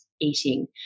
eating